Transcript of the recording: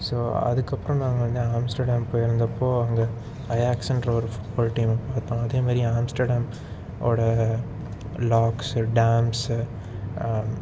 so அதுக்கப்பறம் நான் வந்து ஆம்ஸ்டர்டாம் போயிருந்தப்போது அங்கே பை ஆக்சிடென்டில் ஒரு ஃபுட்பால் டீம் பார்த்தோம் அதே மாரி ஆம்ஸ்டர்டாம் வோட லாக்ஸு டேம்ஸு